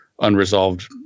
unresolved